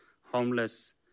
homeless